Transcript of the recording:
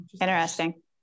interesting